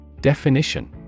Definition